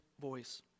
voice